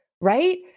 right